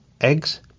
eggs